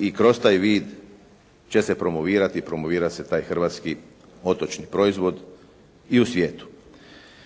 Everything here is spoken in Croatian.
i kroz taj vid će se promovirati i promovira se taj hrvatski otočni proizvod i u svijetu.